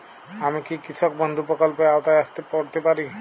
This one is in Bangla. আমি কি কৃষক বন্ধু প্রকল্পের আওতায় পড়তে পারি?